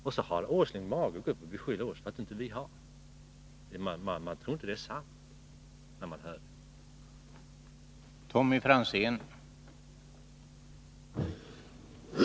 Och så har Nils Åsling mage att gå upp och beskylla oss för att inte ha en sådan politik. Man tror inte sina öron när man hör det.